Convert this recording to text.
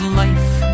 life